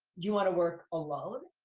do you wanna work alone?